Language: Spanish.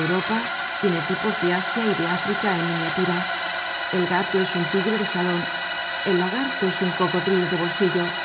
europa tiene tipos de asia y de africa en miniatura el gato es un tigre de salon el lagarto es un cocodrilo de bolsillo